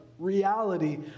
Reality